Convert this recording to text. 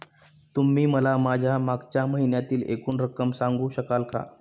तुम्ही मला माझ्या मागच्या महिन्यातील एकूण रक्कम सांगू शकाल का?